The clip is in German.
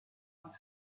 und